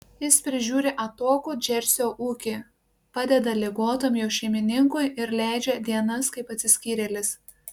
jis prižiūri atokų džersio ūkį padeda ligotam jo šeimininkui ir leidžia dienas kaip atsiskyrėlis